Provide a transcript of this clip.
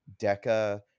Deca